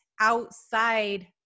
outside